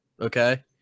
okay